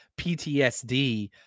PTSD